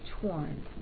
torn